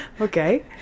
Okay